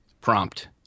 prompt